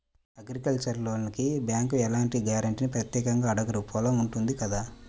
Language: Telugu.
అగ్రికల్చరల్ లోనుకి బ్యేంకులు ఎలాంటి గ్యారంటీనీ ప్రత్యేకంగా అడగరు పొలం ఉంటుంది కదా